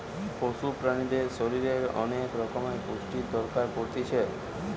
পশু প্রাণীদের শরীরের অনেক রকমের পুষ্টির দরকার পড়তিছে